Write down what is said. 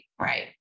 right